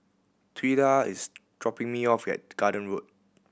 Twila is dropping me off at Garden Road